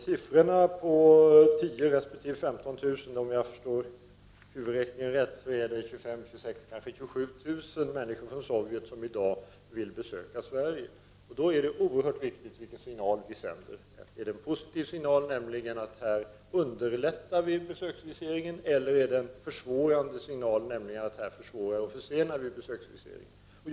10 000 resp. 15 000 ansökningar innebär att det är 25 000, kanske 26 000 27 000, människor från Sovjet som i dag vill besöka Sverige, och då är den signal vi sänder oerhört viktig: Är det en positiv signal, nämligen att vi underlättar besöksviseringen, eller är det en negativ signal, nämligen att vi försvårar och försenar besöksviseringen?